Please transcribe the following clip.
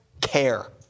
care